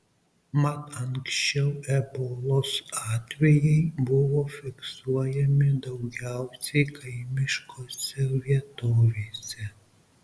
mat anksčiau ebolos atvejai buvo fiksuojami daugiausiai kaimiškose vietovėse